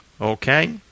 Okay